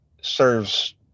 serves